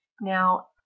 Now